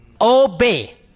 obey